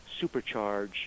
supercharge